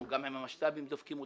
גם את המשת"פים אנחנו דופקים,